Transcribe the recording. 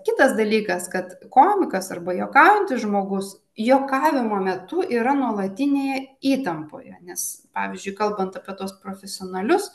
kitas dalykas kad komikas arba juokaujantis žmogus juokavimo metu yra nuolatinėje įtampoje nes pavyzdžiui kalbant apie tuos profesionalius